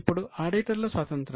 ఇప్పుడు ఆడిటర్ల స్వాతంత్రం